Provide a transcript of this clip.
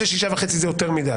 ש-6.5 אחוזים זה יותר מדי,